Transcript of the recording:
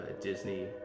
Disney